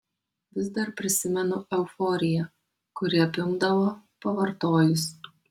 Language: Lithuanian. vis dar prisimenu euforiją kuri apimdavo pavartojus